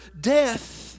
death